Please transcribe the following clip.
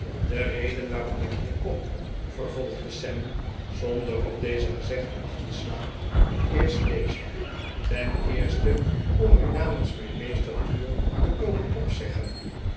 de reden waarom ik hier kom vervolgde sam zondef op deze gezegden acht te slaan is deze ten eersteomu namens mijn meester de huur te komen opzeggen